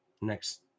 next